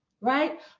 Right